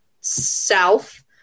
south